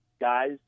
guys